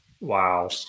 Wow